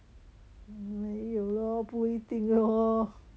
没有 lor 不一定